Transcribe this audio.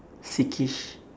sickish